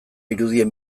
irudien